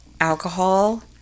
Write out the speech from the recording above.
alcohol